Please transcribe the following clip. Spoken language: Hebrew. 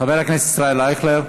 חבר הכנסת ישראל אייכלר.